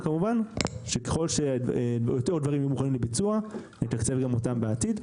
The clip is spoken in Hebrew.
כמובן שככל שיהיו עוד דברים מוכנים לביצוע נתקצב גם אותם בעתיד.